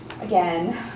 again